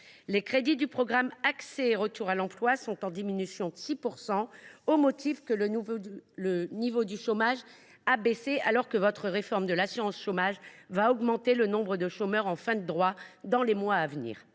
Les crédits du programme « Accès et retour à l’emploi » sont en diminution de 6 % au motif que le niveau du chômage a baissé, alors que votre réforme de l’assurance chômage augmentera le nombre de chômeurs en fin de droits dans les mois à venir.